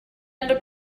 under